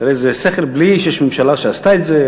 תראה איזה שכל, בלי שיש ממשלה שעשתה את זה.